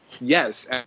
Yes